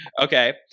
Okay